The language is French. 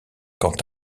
quant